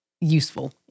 useful